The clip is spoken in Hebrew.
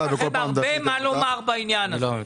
ובכל פעם דחו --- אין מה לומר בעניין הזה.